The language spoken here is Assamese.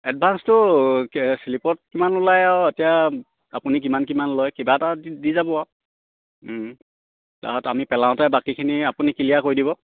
এডভাঞ্চটো শ্লিপত কিমান ওলায় আৰু এতিয়া আপুনি কিমান কিমান লয় কিবা এটা দি যাব আৰু তাত আমি পেলাওঁতে বাকীখিনি আপুনি ক্লিয়াৰ কৰি দিব